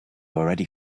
already